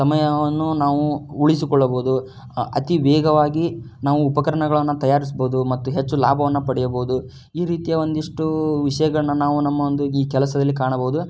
ಸಮಯವನ್ನು ನಾವೂ ಉಳಿಸಿಕೊಳ್ಳಬಹುದು ಅತೀ ವೇಗವಾಗಿ ನಾವು ಉಪಕರಣಗಳನ್ನು ತಯಾರಿಸ್ಬಹುದು ಮತ್ತು ಹೆಚ್ಚು ಲಾಭವನ್ನ ಪಡೆಯಬಹುದು ಈ ರೀತಿಯ ಒಂದಿಷ್ಟೂ ವಿಷಯಗಳನ್ನು ನಾವು ನಮ್ಮ ಒಂದು ಈ ಕೆಲಸದಲ್ಲಿ ಕಾಣಬಹುದು